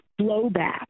blowback